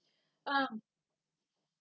uh